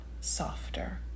softer